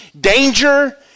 danger